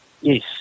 yes